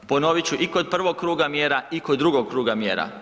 Ponovit ću, i kod prvog kruga mjera i kod drugog kruga mjera.